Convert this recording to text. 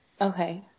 Okay